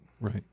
Right